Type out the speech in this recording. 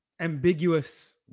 Ambiguous